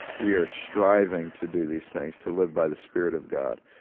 we are striving to do these things, to live by the spirit of god.